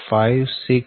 0406 0